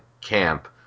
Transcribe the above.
camp